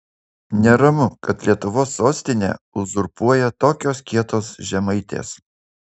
neramu kad lietuvos sostinę uzurpuoja tokios kietos žemaitės